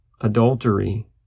adultery